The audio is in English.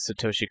Satoshi